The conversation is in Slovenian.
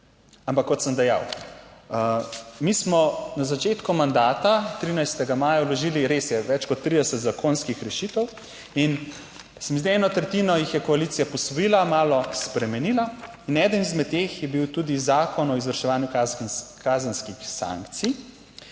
Ampak kot sem dejal, mi smo na začetku mandata 13. maja vložili, res je več kot 30 zakonskih rešitev, in se mi zdi, da eno tretjino jih je koalicija posvojila, malo spremenila in eden izmed teh je bil tudi Zakon o izvrševanju kazenskih sankcij,